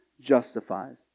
justifies